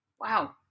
Wow